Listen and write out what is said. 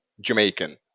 Jamaican